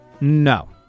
No